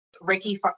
Ricky